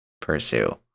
pursue